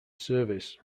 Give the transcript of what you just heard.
service